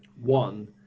One